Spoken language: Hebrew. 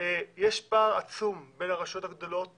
יש פער עצום בין הרשויות הגדולות